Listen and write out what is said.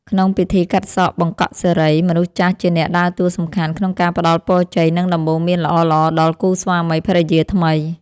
ក្នុងពិធីកាត់សក់បង្កក់សិរី មនុស្សចាស់ជាអ្នកដើរតួសំខាន់ក្នុងការផ្តល់ពរជ័យ និងដំបូន្មានល្អៗដល់គូស្វាមីភរិយាថ្មី។